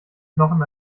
knochen